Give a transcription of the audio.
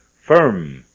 firm